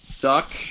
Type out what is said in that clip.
duck